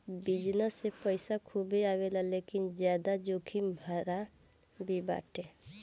business से पईसा खूबे आवेला लेकिन ज्यादा जोखिम भरा भी बाटे